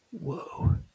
Whoa